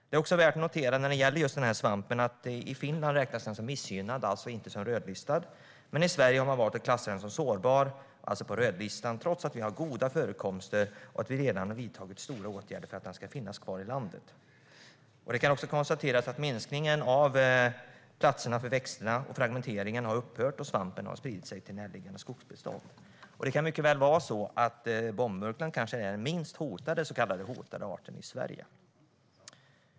Det är också värt att notera att den här svampen i Finland räknas som missgynnad, alltså inte rödlistad, medan man i Sverige har valt att klassa den som "sårbar", alltså på rödlistan, trots att vi har goda förekomster och redan har vidtagit stora åtgärder för att den ska finnas kvar i landet. Det kan också konstateras att minskningen av platserna för växterna och fragmenteringen har upphört och att svampen har spridit sig till närliggande skogsbestånd. Det kan mycket väl vara så att bombmurklan är den minst hotade så kallade hotade arten i Sverige.